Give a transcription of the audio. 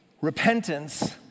repentance